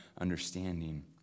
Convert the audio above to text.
understanding